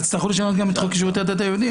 אז תצטרכו לשנות גם את חוק שירותי הדת היהודיים.